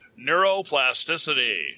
neuroplasticity